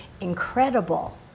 incredible